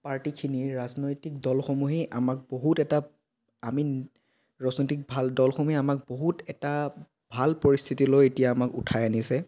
পাৰ্টিখিনি ৰাজনৈতিক দলসমূহেই আমাক বহুত এটা আমি ৰাজনৈতিক ভাল দলসমূহে আমাক বহুত এটা ভাল পৰিস্থিতিলৈ এতিয়া আমাক উঠাই আনিছে